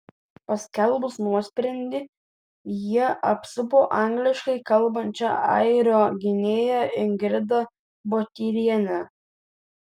paskelbus nuosprendį jie apsupo angliškai kalbančią airio gynėją ingrida botyrienę